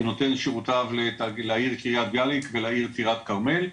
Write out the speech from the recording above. שנותן את שירותיו לעיר קריית ביאליק ולעיר טירת כרמל,